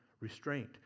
restraint